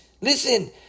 Listen